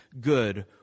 good